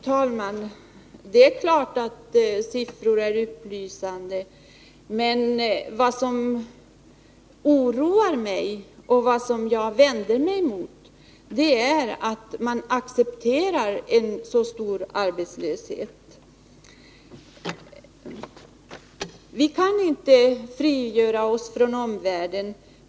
Herr talman! Det är klart att siffror är upplysande. Men vad som oroar mig och vad jag vänder mig mot är att man accepterar en så stor arbetslöshet. Vi kan inte frigöra oss från omvärlden.